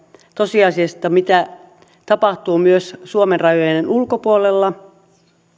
tosiasialta mitä tapahtuu myös suomen rajojen ulkopuolella